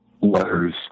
letters